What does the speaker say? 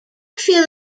feel